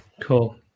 Cool